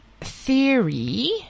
theory